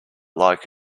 like